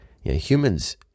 Humans